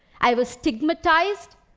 i was stigmatized,